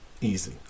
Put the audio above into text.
Easy